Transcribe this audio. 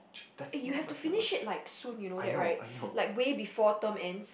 eh you have to finish it like soon you know that right like way before term ends